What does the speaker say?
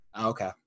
okay